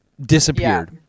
Disappeared